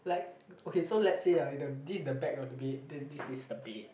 like okay so let's say ah this is the back of the bed then this is the bed